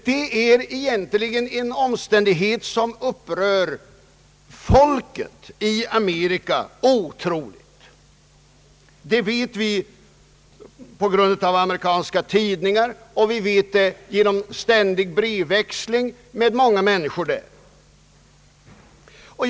Det upprör folket i Amerika i mycket hög grad. Det vet vi genom amerikanska tidningar och genom brevväxling med många människor i Amerika.